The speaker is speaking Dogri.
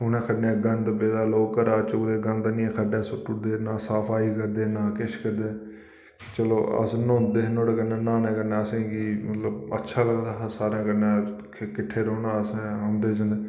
उ'नें खड्डैं गंद पेदा लोग घरा चुकदे गंद इनें खड्डें सुट्टी ओड़दे ना सफाई करदे ना किश करदे चलो अस न्हौंदे हे नुहाड़े कन्नै न्हानै कन्नै मतलब असेंगी अच्छा लगदा हा किट्ठे रौह्ना असें औंदे जंदे